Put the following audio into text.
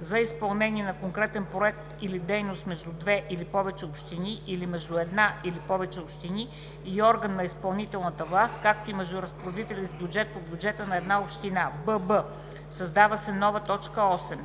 за изпълнение на конкретен проект или дейност между две или повече общини, или между една или повече общини и орган на изпълнителната власт, както и между разпоредители с бюджет по бюджета на една община;" бб) създава се нова т. 8: